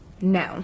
No